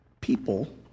people